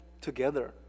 together